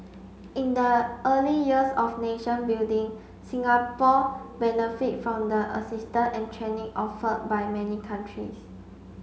in the early years of nation building Singapore benefit from the assistance and training offered by many countries